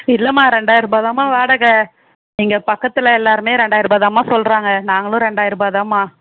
இல்லைம்மா ரெண்டாயிரருபா தான்மா வாடகை இங்கே பக்கத்தில் எல்லோருமே ரெண்டாயிரருபா தான்மா சொல்கிறாங்க நாங்களும் ரெண்டாயிரருபா தான்மா